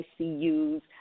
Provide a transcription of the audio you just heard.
ICUs